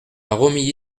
romilly